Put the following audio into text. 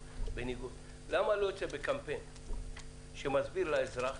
למה הוא לא יוצא בקמפיין שמסביר לאזרח